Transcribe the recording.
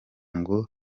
ngo